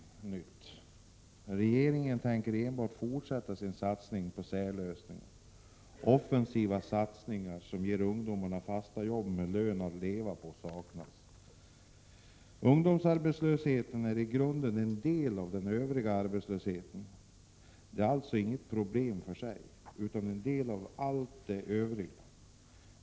Regeringen tänker enbart fortsätta sin satsning på särlösningar. Offensiva satsningar som ger ungdomen fasta jobb med en lön att leva på saknas. Ungdomsarbetslösheten är i grunden en del av den övriga arbetslösheten. Det är alltså inget problem för sig utan en del av allt det övriga.